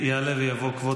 יעלה ויבוא כבוד